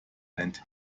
and